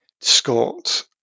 Scott